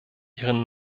ihren